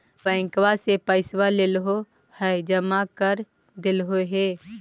बैंकवा से पैसवा लेलहो है जमा कर देलहो हे?